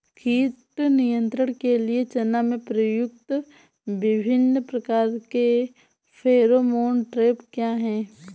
कीट नियंत्रण के लिए चना में प्रयुक्त विभिन्न प्रकार के फेरोमोन ट्रैप क्या है?